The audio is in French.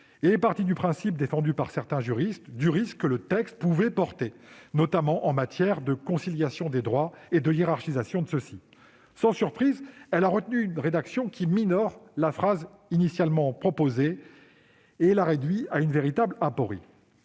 est partie du principe, défendu par certains juristes, que le texte pouvait emporter des risques, notamment en matière de conciliation des droits et de hiérarchisation. Sans surprise, elle a retenu une rédaction qui minore la phrase initialement proposée, la réduisant à une véritable aporie.